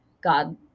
God